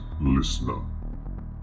listener